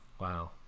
Wow